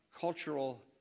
cultural